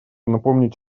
напомнить